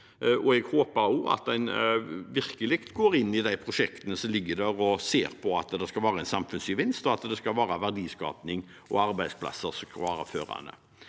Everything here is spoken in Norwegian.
i. Jeg håper også at en virkelig går inn i de prosjektene som ligger der, og ser på at det skal være en samfunnsgevinst, og at det skal være verdiskaping og arbeidsplasser som skal være førende.